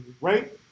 right